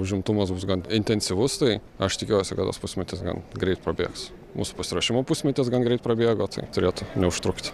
užimtumas bus gan intensyvus tai aš tikiuosi kad tas pusmetis gan greit prabėgs mūsų pasiruošimo pusmetis gan greit prabėgo tai turėtų neužtrukt